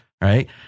Right